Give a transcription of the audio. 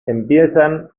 empiezan